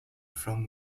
from